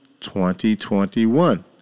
2021